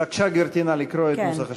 בבקשה, גברתי, נא לקרוא את נוסח השאילתה.